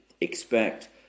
expect